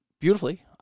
beautifully